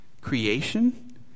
Creation